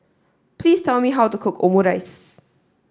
please tell me how to cook Omurice